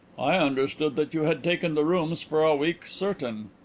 i understood that you had taken the rooms for a week certain.